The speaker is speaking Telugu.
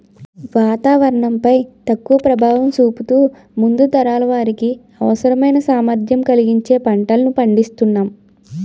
వాతావరణం పై తక్కువ ప్రభావం చూపుతూ ముందు తరాల వారికి అవసరమైన సామర్థ్యం కలిగించే పంటలను పండిస్తునాం